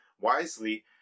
wisely